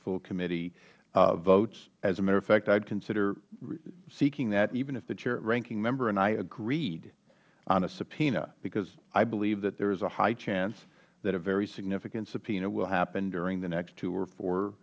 full committee votes as a matter of fact i would consider seeking that even if the ranking member and i agreed on a subpoena because i believe that there is a high chance that a very significant subpoena will happen during the next two or